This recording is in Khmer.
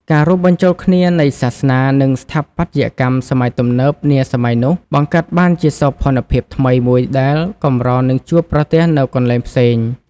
ការរួមបញ្ចូលគ្នានៃសាសនា និងស្ថាបត្យកម្មសម័យទំនើបនាសម័យនោះ បង្កើតបានជាសោភ័ណភាពថ្មីមួយដែលកម្រនឹងជួបប្រទះនៅកន្លែងផ្សេង។